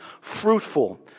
fruitful